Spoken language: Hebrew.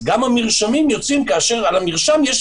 אז גם המרשמים יוצאים כאשר על המרשם יש